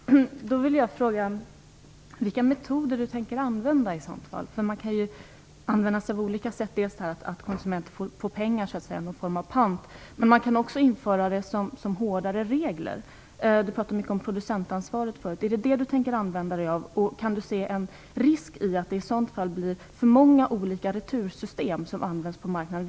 Herr talman! Då vill jag fråga vilka metoder miljöministern i så fall tänker använda. Det finns ju olika sätt, dels detta att konsumenten får pengar för pant, dels att det införs hårdare regler. Miljöministern pratade mycket om producentansvaret, och jag vill fråga om det är det hon tänker använda och om hon kan se någon risk i att det i så fall blir för många olika retursystem på marknaden.